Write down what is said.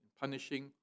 punishing